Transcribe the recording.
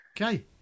Okay